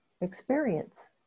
experience